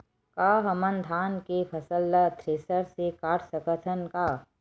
का हमन धान के फसल ला थ्रेसर से काट सकथन का?